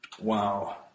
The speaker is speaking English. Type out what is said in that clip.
Wow